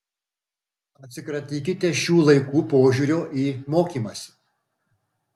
atsikratykite šių laikų požiūrio į mokymąsi